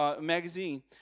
magazine